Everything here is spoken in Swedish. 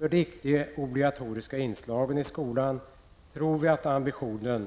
Utskottsmajoriteten tror att det bästa sättet att tillgodose ambitionen